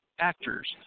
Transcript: actors